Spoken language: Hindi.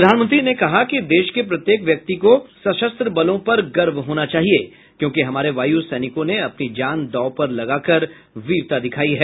प्रधानमंत्री ने कहा कि देश के प्रत्येक व्यक्ति को सशस्त्र बलों पर गर्व होना चाहिए क्योंकि हमारे वायु सैनिकों ने अपनी जान दांव पर लगाकर वीरता दिखाई है